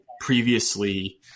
previously